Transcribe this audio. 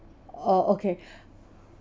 oh okay